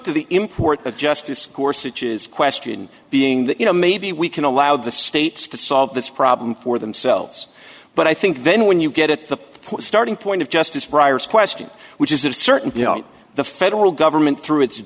the import of justice course which is question being that you know maybe we can allow the states to solve this problem for themselves but i think then when you get at the starting point of justice briar's question which is of certain you know the federal government through it